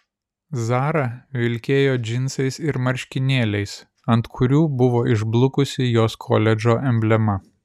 zara vilkėjo džinsais ir marškinėliais ant kurių buvo išblukusi jos koledžo emblema